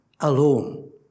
alone